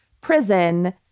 prison